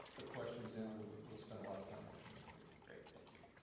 ah questions down we'll but we'll spend a lot of time working that for you. great, thank you.